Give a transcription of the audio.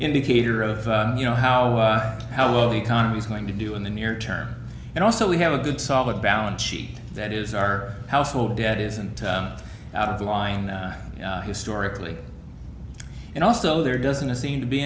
indicator of you know how how well the economy is going to do in the near term and also we have a good solid balance sheet that is our household debt isn't out of line historically and also there doesn't seem to be